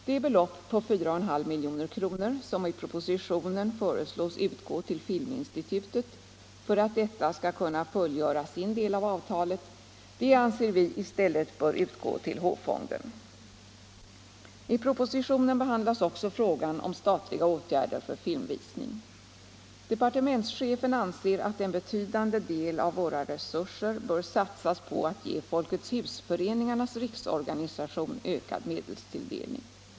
Det belopp på 4,5 milj.kr. som i propositionen föreslås utgå till Filminstitutet för att detta skall kunna fullgöra sin del av arbetet anser vi i stället bör utgå till H-fonden. I propositionen behandlas också frågan om statliga åtgärder för filmvisning. Departementschefen anser att en betydande del av våra resurser bör satsas på att ge Folkets husföreningarnas riksorganisation ökad medelstilldelning.